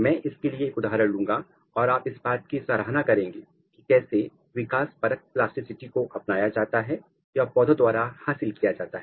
मैं इसके लिए कुछ उदाहरण लूंगा और आप इस बात की सराहना करेंगे कि कैसे विकासपरक प्लास्टिसिटी को अपनाया जाता है या इसे पौधों द्वारा हासिल किया जाता है